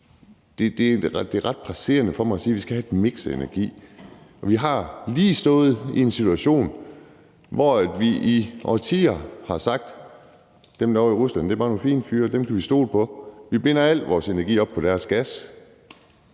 Det er ret presserende for mig at sige, at vi skal have et miks af energi. Vi har lige stået i en situation, hvor vi i årtier har sagt: Dem ovre i Rusland er bare nogle fine fyre, og dem kan vi stole på, så vi binder al vores energi op på deres gas.